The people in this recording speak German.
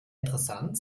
interessant